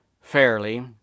fairly